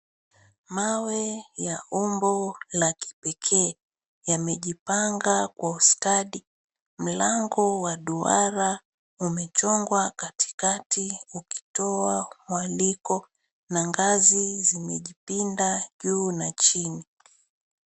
Mawe ya umbo la kipekee yamejipanga kwa ustadi. Mlango wa duara umechongwa katikati ukitoa mwaliko na ngazi zimejipinda juu na chini.